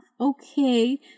okay